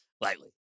lightly